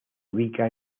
ubica